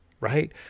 Right